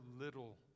little